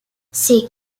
ces